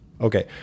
okay